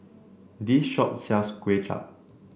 this shop sells Kway Chap